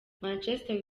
manchester